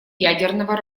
ядерного